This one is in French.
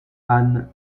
ann